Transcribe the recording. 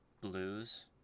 blues